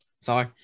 Sorry